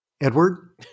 Edward